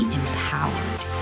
empowered